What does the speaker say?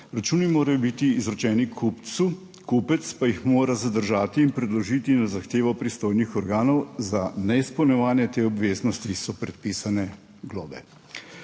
Računi morajo biti izrečeni kupcu, kupec pa jih mora zadržati in predložiti na zahtevo pristojnih organov za neizpolnjevanje te obveznosti so predpisane globe.